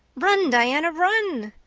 run, diana, run.